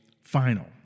final